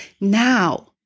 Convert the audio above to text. now